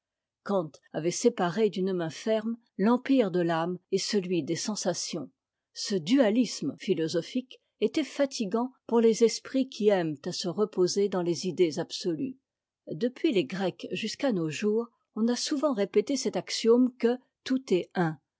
avait séparé d'une main ferme l'empire de l'âme et celui des sentasions ce dualisme philosophique était fatigant pour les esprits qui aiment à se reposer dans les idées absolues depuis les grecs jusqu'à nos jours on a souvent répété cet axiome que tout est un